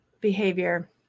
behavior